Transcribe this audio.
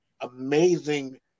amazing